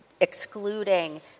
excluding